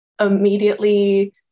immediately